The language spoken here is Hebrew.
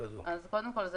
קודם כול,